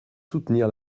soutenir